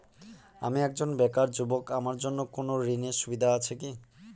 আমি একজন বেকার যুবক আমার জন্য কোন ঋণের সুবিধা আছে কি?